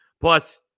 Plus